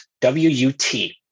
W-U-T